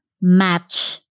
match